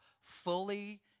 fully